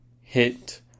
hit